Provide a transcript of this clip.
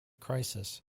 crisis